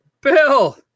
Bill